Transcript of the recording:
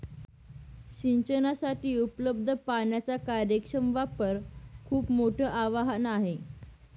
सिंचनासाठी उपलब्ध पाण्याचा कार्यक्षम वापर खूप मोठं आवाहन आहे